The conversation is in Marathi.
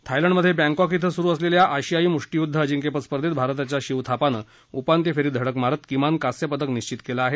थायलंडमधे बँकॉक ििं सुरु असलेल्या आशियाई मुष्टीयुद्ध अजिंक्यपद स्पर्धेत भारताच्या शिव थापानं उपान्त्यफेरीत धडक मारत किमान कांस्य पदक निश्चित केलं आहे